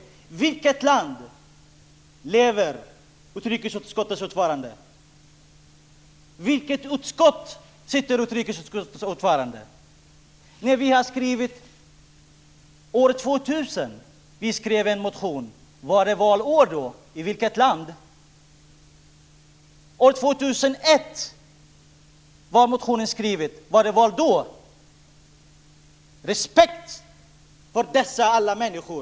I vilket land lever utrikesutskottets ordförande? I vilket utskott sitter han? År 2000 skrev vi en motion. Var det valår då? I År 2001 skrev vi en motion. Var det val då? Visa respekt för alla dessa människor!